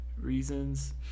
reasons